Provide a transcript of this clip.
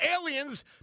aliens